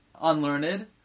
unlearned